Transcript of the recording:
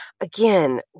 Again